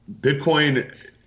Bitcoin